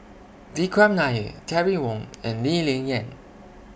Vikram Nair Terry Wong and Lee Ling Yen